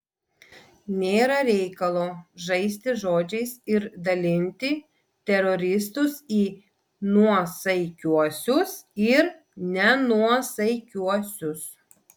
nėra reikalo žaisti žodžiais ir dalinti teroristus į nuosaikiuosius ir nenuosaikiuosius